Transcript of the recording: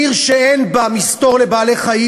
עיר שאין בה מסתור לבעלי-חיים,